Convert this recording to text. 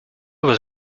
was